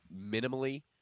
minimally